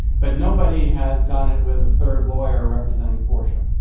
but nobody has done it with a third lawyer representing portia.